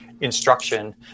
instruction